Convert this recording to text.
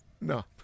no